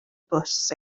bws